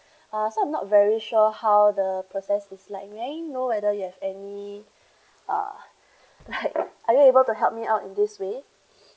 uh so I'm not very sure how the process is like may I know whether you have any uh are you able to help me out in this way